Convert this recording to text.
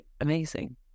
amazing